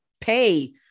pay